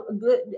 good